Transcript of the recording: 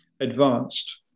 advanced